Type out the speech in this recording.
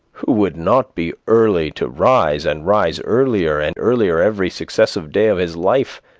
who would not be early to rise, and rise earlier and earlier every successive day of his life,